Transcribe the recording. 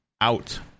out